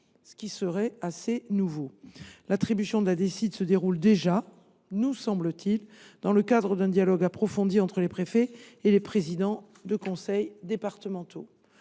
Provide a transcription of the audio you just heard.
: ce serait assez nouveau. L’attribution de la DSID se déroule déjà, nous semble t il, dans le cadre d’un dialogue approfondi entre les préfets et les présidents des conseils départementaux.